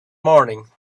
morning